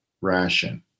ration